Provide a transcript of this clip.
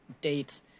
date